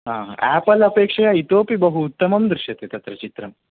हा हा आपल् अपेक्षया इतोऽपि बहु उत्तमं दृश्यते तत्र चित्रं